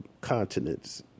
continents